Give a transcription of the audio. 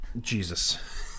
Jesus